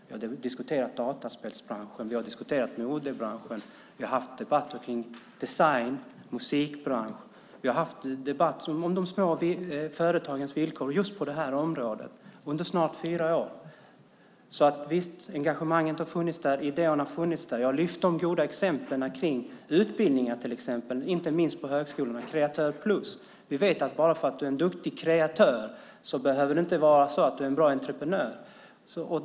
Vi har diskuterat dataspelsbranschen, modebranschen, design, musikbranschen och de små företagens villkor. Engagemanget och idéerna har funnits där. Jag har lyft upp de goda exemplen runt utbildningar, inte minst på högskolorna, till exempel Kreatör plus. Vi vet att bara för att du är en duktig kreatör behöver du inte vara en bra entreprenör.